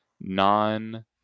non